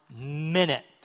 minute